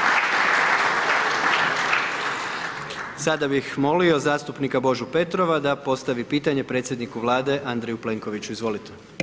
Sada bih molio zastupnika Božu Petrova da postavi pitanje predsjedniku Vlade Andreju Plenkoviću, izvolite.